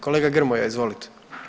Kolega Grmoja, izvolite.